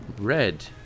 Red